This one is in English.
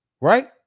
Right